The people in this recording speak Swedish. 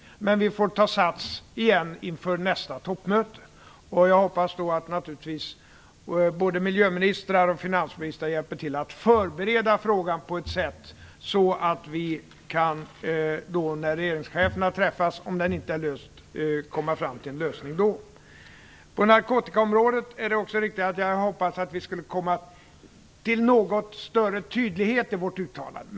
Vi får ta sats igen inför nästa toppmöte. Jag hoppas att både miljöministrar och finansministrar då hjälper till med att förbereda frågan på ett sådant sätt att vi, när regeringscheferna träffas - om frågan då inte skulle vara löst - kan komma fram till en lösning. Det är riktigt att jag på narkotikaområdet hade hoppats att vi skulle komma fram till en något större tydlighet i vårt uttalande.